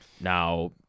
Now